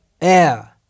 air